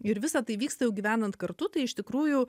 ir visa tai vyksta jau gyvenant kartu tai iš tikrųjų